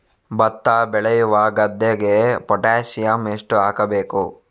ಭತ್ತ ಬೆಳೆಯುವ ಗದ್ದೆಗೆ ಪೊಟ್ಯಾಸಿಯಂ ಎಷ್ಟು ಹಾಕಬೇಕು?